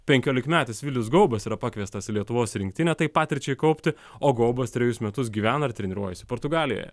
penkiolikmetis vilius gaubas yra pakviestas į lietuvos rinktinę tai patirčiai kaupti o gaubas trejus metus gyvena ir treniruojasi portugalijoje